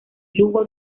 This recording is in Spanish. lugo